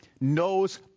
knows